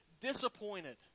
disappointed